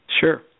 Sure